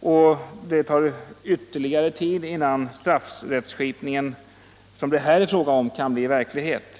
och det tar vierligare ud innan strafträttskipningen. som det här är fråga om, kan bli verklighet.